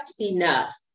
enough